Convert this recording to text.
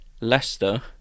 Leicester